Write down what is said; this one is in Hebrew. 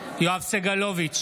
בעד יואב סגלוביץ'